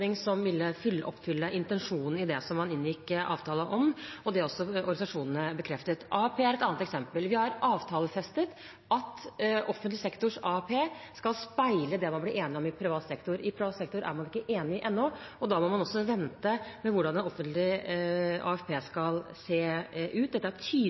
som ville oppfylle intensjonen i det som man inngikk avtale om, og det har også organisasjonene bekreftet. AFP er et annet eksempel. Vi har avtalefestet at offentlig sektors AFP skal speile det man ble enig om i privat sektor. I privat sektor er man ikke enig ennå, og da må man også vente med hvordan en offentlig AFP skal se ut. Dette er tydelig forankret i avtalen. Det er riktig at vi ikke har